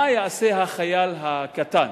מה יעשה החייל הקטן,